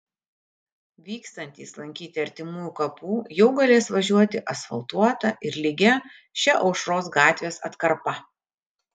vykstantys lankyti artimųjų kapų jau galės važiuoti asfaltuota ir lygia šia aušros gatvės atkarpa